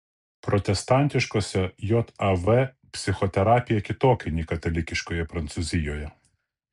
protestantiškose jav psichoterapija kitokia nei katalikiškoje prancūzijoje